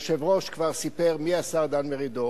והיושב-ראש כבר סיפר מיהו השר דן מרידור,